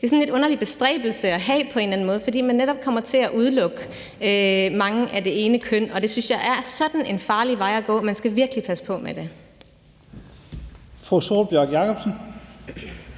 have på en eller anden måde, fordi man netop kommer til at udelukke mange af det ene køn, og det synes jeg er sådan en farlig vej at gå. Man skal virkelig passe på med det.